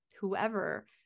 whoever